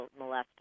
molester